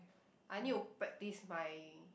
I need to practice my